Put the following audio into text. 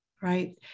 Right